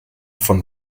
von